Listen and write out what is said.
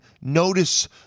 Notice